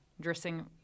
dressing